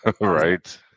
Right